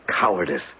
cowardice